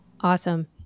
Awesome